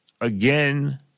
again